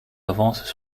avancent